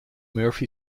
murphy